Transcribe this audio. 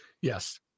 Yes